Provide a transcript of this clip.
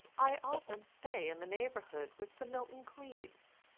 i often stay in the neighbourhood with the milton cleaves.